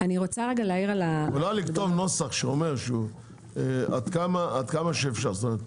אולי לכתוב נוסח שאומר: עד כמה שאפשר, זאת אומרת,